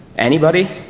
anybody?